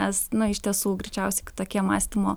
nes na iš tiesų greičiausiai kitokie mąstymo